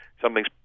something's